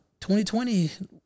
2020